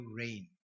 rain